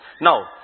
Now